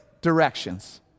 directions